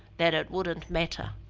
that it wouldn't matter.